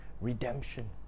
redemption